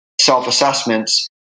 self-assessments